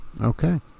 Okay